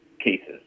cases